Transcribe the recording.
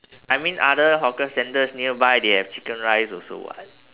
I mean other hawker centres nearby they have chicken rice also [what]